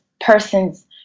person's